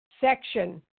section